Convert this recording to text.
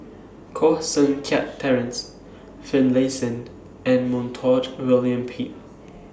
Koh Seng Kiat Terence Finlaysond and Montague William Pett